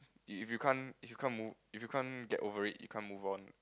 you if you can't if you can't move if you can't get over it you can't move on